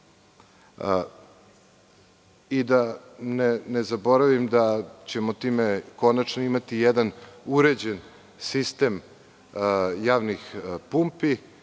ne zaboravim, time ćemo konačno imati jedan uređen sistem javnih pumpi,